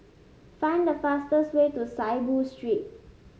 find the fastest way to Saiboo Street